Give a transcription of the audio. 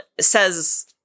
says –